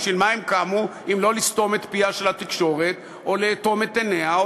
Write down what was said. בשביל מה הם קמו אם לא לסתום את פיה של התקשורת או לאטום את עיניה,